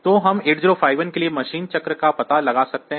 तो हम 8051 के लिए मशीन साइकिल का पता लगा सकते हैं